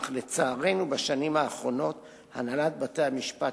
אך לצערנו בשנים האחרונות הנהלת בתי-המשפט